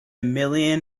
million